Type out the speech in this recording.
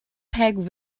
peg